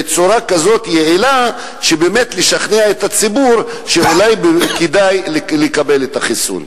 בצורה כזאת יעילה שבאמת תשכנע את הציבור שאולי כדאי לקבל את החיסון.